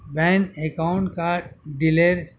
bank account کا dealer